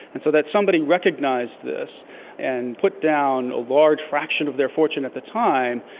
and so that somebody recognised this and put down a large fraction of their fortune at the time,